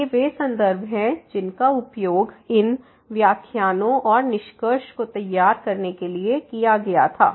तो ये वे संदर्भ हैं जिनका उपयोग इन व्याख्यानों और निष्कर्ष को तैयार करने के लिए किया गया था